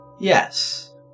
Yes